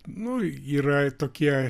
nu yra tokie